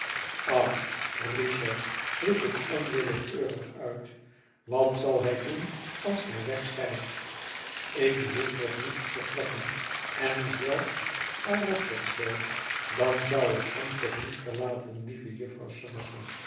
ach richard riep ik onwillekeurig uit wat zal hij doen als gij weg zijt ik behoef nog niet te vertrekken en zelfs al was dat zoo dan zou ik hem toch niet verlaten lieve jufvrouw